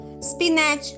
Spinach